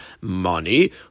money